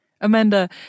Amanda